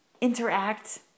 interact